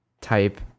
type